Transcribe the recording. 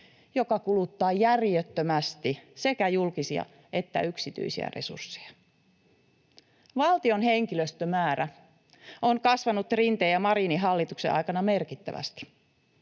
joka kuluttaa järjettömästi sekä julkisia että yksityisiä resursseja. Valtion henkilöstömäärä on kasvanut Rinteen ja Marinin hallituksen aikana merkittävästi.